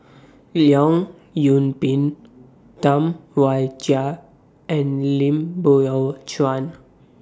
Leong Yoon Pin Tam Wai Jia and Lim Biow Chuan